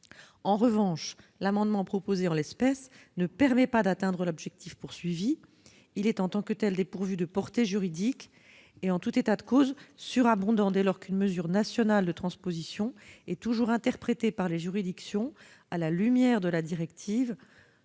En revanche, l'adoption du présent amendement ne permettrait pas d'atteindre l'objectif fixé. Son dispositif est, en tant que tel, dépourvu de portée juridique et, en tout état de cause, surabondant, dès lors qu'une mesure nationale de transposition est toujours interprétée par les juridictions à la lumière de la directive.